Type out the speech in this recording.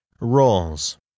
Roles